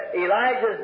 Elijah's